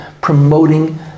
promoting